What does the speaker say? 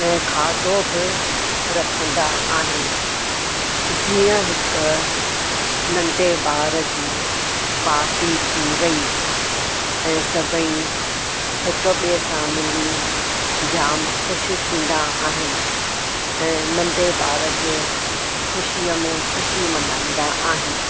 ऐं खाधो बि रखंदा आहिनि जीअं हिकु नंढे ॿार जी पाटी थी वई ऐं सभई हिक ॿिए सां मिली जाम ख़ुशि थींदा आहिनि ऐं नंढे ॿार जी ख़ुशीअ में ख़ुशी मल्हाईंदा आहिनि